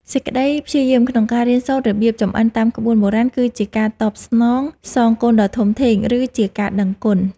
សេចក្តីព្យាយាមក្នុងការរៀនសូត្ររបៀបចម្អិនតាមក្បួនបុរាណ គឺជាការតបស្នងសងគុណដ៏ធំធេង ឬជាការដឹងគុណ។